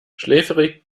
schläfrig